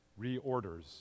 reorders